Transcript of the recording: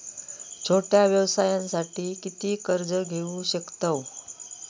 छोट्या व्यवसायासाठी किती कर्ज घेऊ शकतव?